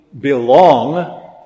belong